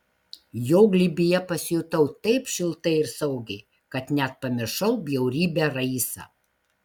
jo glėbyje pasijutau taip šiltai ir saugiai kad net pamiršau bjaurybę raisą